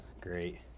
great